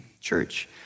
church